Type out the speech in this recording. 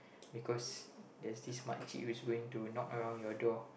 because there's this makcik which is going to knock around your door